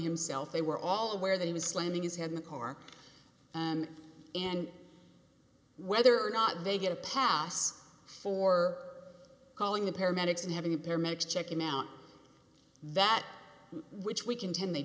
himself they were all aware that he was landing his head in the car and and whether or not they get a pass for calling the paramedics and having the paramedics check in out that which we contend they